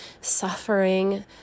suffering